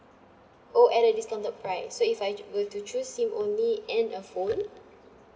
oh at a discounted price so if I ch~ were to choose SIM only and a phone